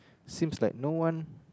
seems like no one